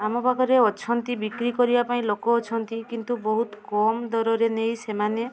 ଆମ ପାଖରେ ଅଛନ୍ତି ବିକ୍ରୀ କରିବାପାଇଁ ଲୋକ ଅଛନ୍ତି କିନ୍ତୁ ବହୁତ କମ୍ ଦରରେ ନେଇ ସେମାନେ